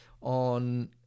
on